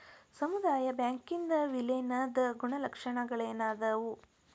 ಸಮುದಾಯ ಬ್ಯಾಂಕಿಂದ್ ವಿಲೇನದ್ ಗುಣಲಕ್ಷಣಗಳೇನದಾವು?